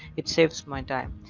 it saves my time.